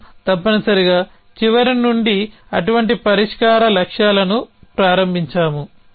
మనం తప్పనిసరిగా చివరి నుండి అటువంటి పరిష్కార లక్ష్యాలను ప్రారంభించాము